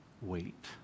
wait